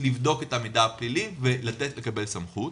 לבדוק את המידע הפלילי ולתת/ לקבל סמכות.